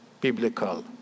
biblical